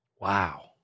Wow